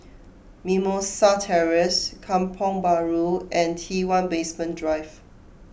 Mimosa Terrace Kampong Bahru and T one Basement Drive